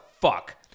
fuck